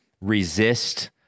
resist